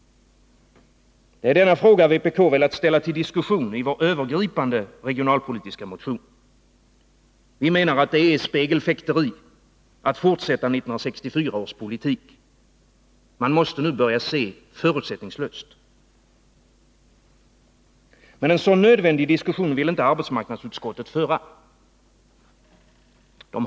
Det är denna fråga vi i vpk velat ställa till diskussion i vår övergripande regionalpolitiska motion. Det är spegelfäkteri att fortsätta 1964 års politik. Man måste nu börja se förutsättningslöst. Men en sådan nödvändig diskussion vill inte arbetsmarknadsutskottet föra.